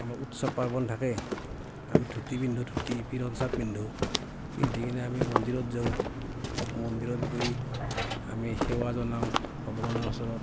আমাৰ উৎসৱ পাৰ্বণ থাকে আমি ধূতি পিন্ধো ধূতি পিন্ধো পিন্ধিকেনে আমি মন্দিৰত যাওঁ মন্দিৰত গৈ আমি সেৱা জনাও ভগৱানৰ ওচৰত